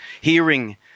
Hearing